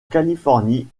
californie